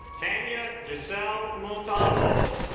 kenya giselle montalvo